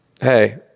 hey